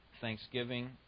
thanksgiving